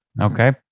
Okay